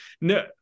no